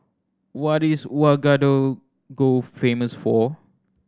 what is Ouagadougou famous for